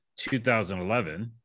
2011